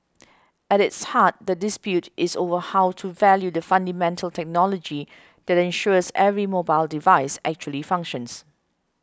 at its heart the dispute is over how to value the fundamental technology that ensures every mobile device actually functions